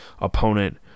opponent